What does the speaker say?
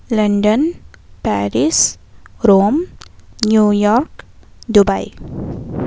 London Paris Rome New York Dubai